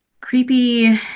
creepy